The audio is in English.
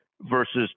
versus